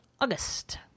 August